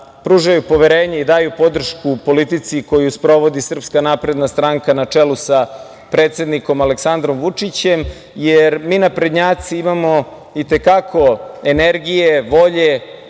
pružaju poverenje i daju podršku politici koju sprovodi Srpska napredna stranka na čelu sa predsednikom Aleksandrom Vučićem, jer mi naprednjaci imamo i te kako energije, volje,